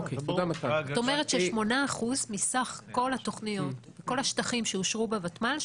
זאת אומרת ש-8% מסך כל השטחים שאושרו בוותמ"ל,